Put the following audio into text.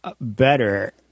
better